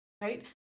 Right